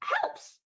helps